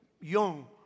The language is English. young